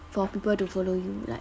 for people to follow you like